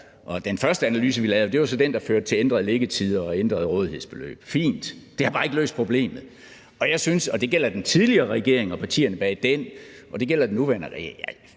den første analyse, vi lavede, var så den, der førte til ændrede liggetider og ændrede rådighedsbeløb. Fint, det har bare ikke løst problemet. Jeg synes – og det gælder den tidligere regering og partierne bag den, og det gælder den nuværende regering